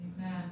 Amen